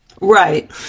Right